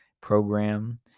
program